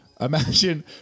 Imagine